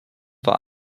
war